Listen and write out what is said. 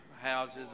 houses